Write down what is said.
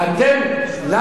איך נעשה שלום כשאי-אפשר,